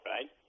right